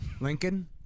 Lincoln